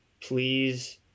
please